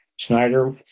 Snyder